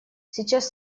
сейчас